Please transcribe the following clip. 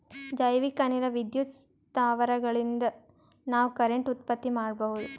ಜೈವಿಕ್ ಅನಿಲ ವಿದ್ಯುತ್ ಸ್ಥಾವರಗಳಿನ್ದ ನಾವ್ ಕರೆಂಟ್ ಉತ್ಪತ್ತಿ ಮಾಡಬಹುದ್